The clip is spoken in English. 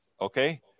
Okay